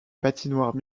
patinoire